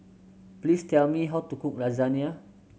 please tell me how to cook Lasagne